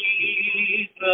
Jesus